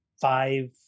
five